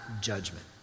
judgment